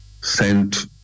sent